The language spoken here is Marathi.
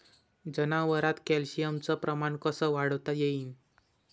जनावरात कॅल्शियमचं प्रमान कस वाढवता येईन?